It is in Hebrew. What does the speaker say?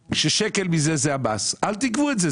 כששקל מזה זה המס אל תגבו את זה.